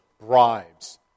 bribes